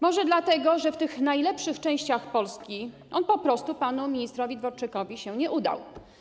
Może dlatego, że w tych najlepszych częściach Polski on po prostu panu ministrowi Dworczykowi się nie udał.